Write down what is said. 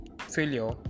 failure